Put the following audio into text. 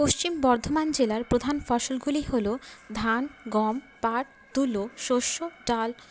পশ্চিম বর্ধমান জেলার প্রধান ফসলগুলি হল ধান গম পাট তুলো শস্য ডাল